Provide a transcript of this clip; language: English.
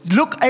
Look